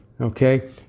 Okay